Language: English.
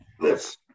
Yes